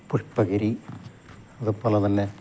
പുഷ്പ്പഗിരി അതുപോലെ തന്നെ